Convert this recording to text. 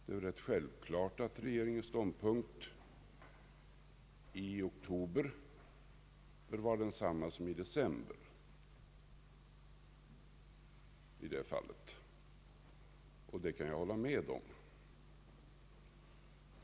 Det är ju rätt självklart att regeringens ståndpunkt i december bör vara densamma som i oktober. Det kan jag hålla med om.